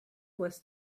was